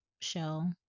shell